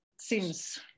seems